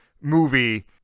movie